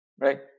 Right